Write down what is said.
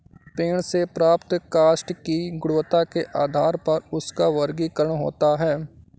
पेड़ से प्राप्त काष्ठ की गुणवत्ता के आधार पर उसका वर्गीकरण होता है